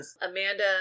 Amanda